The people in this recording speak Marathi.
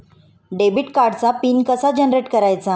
डेबिट कार्डचा पिन कसा जनरेट करायचा?